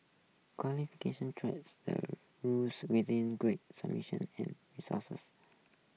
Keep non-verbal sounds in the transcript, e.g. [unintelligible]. qualification treats the rules with in great function and [unintelligible]